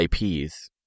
IPs